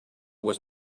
was